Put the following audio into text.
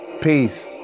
Peace